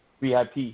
VIP